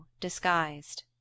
disguised